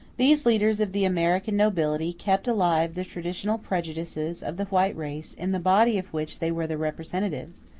these leaders of the american nobility kept alive the traditional prejudices of the white race in the body of which they were the representatives,